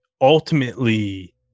ultimately